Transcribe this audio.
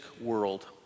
world